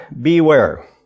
Beware